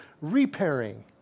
repairing